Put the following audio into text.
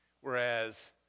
whereas